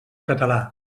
català